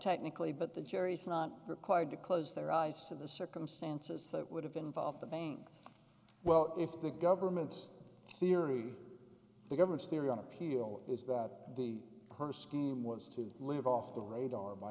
technically but the jerries not required to close their eyes to the circumstances that would have involved the banks well if the government's theory the government's theory on appeal is that the per scheme was to live off the radar by